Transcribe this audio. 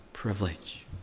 Privilege